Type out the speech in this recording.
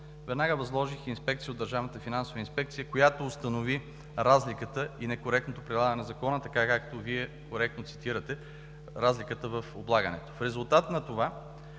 веднага възложих инспекция от Държавната финансова инспекция, която установи разликата и некоректното прилагане на Закона – така, както Вие коректно цитирате, разликата в облагането. В резултат на това,